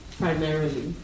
primarily